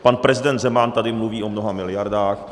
Pan prezident Zeman tady mluví o mnoha miliardách.